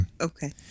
Okay